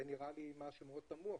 זה נראה לי משהו מאוד תמוה.